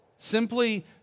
Simply